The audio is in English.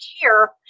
care